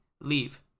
leave